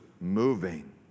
moving